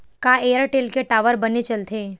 का एयरटेल के टावर बने चलथे?